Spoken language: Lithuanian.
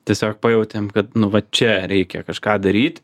tiesiog pajautėm kad nu va čia reikia kažką daryt